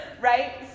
right